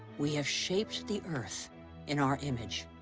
we have shaped the earth in our image.